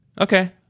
Okay